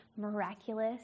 miraculous